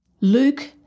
Luke